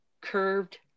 curved